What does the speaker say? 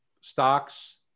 stocks